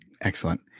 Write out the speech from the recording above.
Excellent